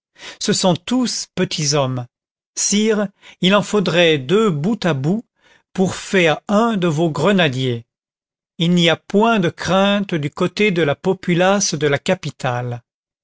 ce sont tous petits hommes sire il en faudrait deux bout à bout pour faire un de vos grenadiers il n'y a point de crainte du côté de la populace de la capitale